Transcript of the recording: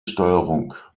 steuerung